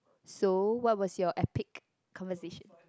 so what was your epic conversation